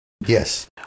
Yes